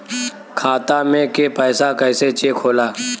खाता में के पैसा कैसे चेक होला?